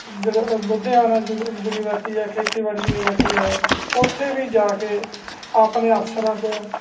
ਜ Ludhiana uni university ਆ ਖੇਤੀਬਾੜੀ ਯੂਨੀਵਰਸਿਟੀ ਆ ਉੱਥੇ ਵੀ ਜਾ ਕੇ ਆਪਣੇ ਅਫ਼ਸਰਾਂ ਤੋਂ